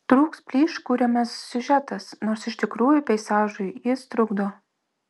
trūks plyš kuriamas siužetas nors iš tikrųjų peizažui jis trukdo